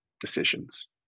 decisions